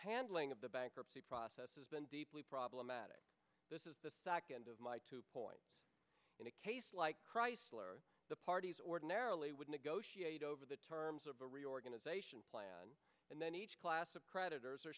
handling of the bankruptcy process has been deeply problematic this is the second of my two point in a case like chrysler the parties ordinarily would negotiate over the terms of a reorganization plan and then each class of creditors or